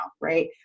Right